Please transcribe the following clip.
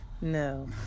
No